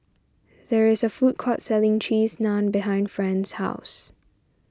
there is a food court selling Cheese Naan behind Fran's house